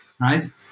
right